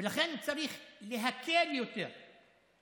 ולכן צריך יותר להקל עליהם,